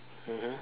mmhmm